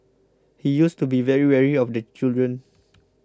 he used to be very wary of the children